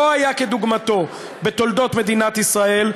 לא היה כדוגמתו בתולדות מדינת ישראל.